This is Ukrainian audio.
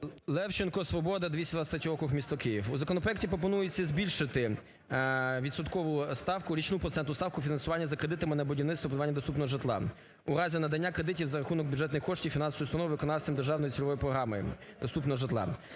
об'єднання "Свобода", 223 округ, місто Київ. У законопроекті пропонується збільшити відсоткову ставку, річну процентну ставку фінансування за кредитами на будівництво (придбання) доступного житла, у разі надання кредитів за рахунок бюджетних коштів фінансових установ виконавцем державної цільової програми доступного житла.